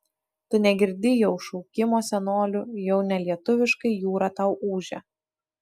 tu negirdi jau šaukimo senolių jau ne lietuviškai jūra tau ūžia